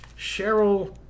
Cheryl